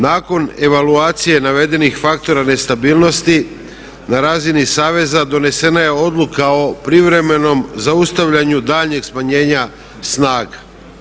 Nakon evaluacije navedenih faktora nestabilnosti na razini saveza donesena je Odluka o privremenom zaustavljanju daljnjeg smanjenja snaga.